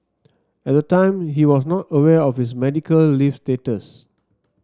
at the time he was not aware of his medical leave status